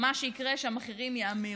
מה שיקרה הוא שהמחירים יאמירו.